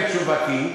בתשובתי,